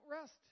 rest